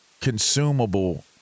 consumable